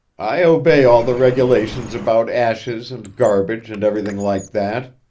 i obey all the regulations about ashes and garbage and everything like that.